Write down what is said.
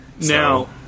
Now